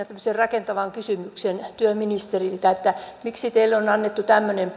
tämmöisen rakentavan kysymyksen työministeriltä miksi teille on jätetty tämmöinen